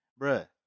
Bruh